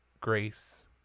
grace